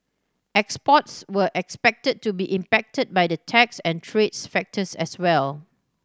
exports were expected to be impacted by the tax and trades factors as well